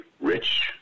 rich